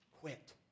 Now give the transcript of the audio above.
quit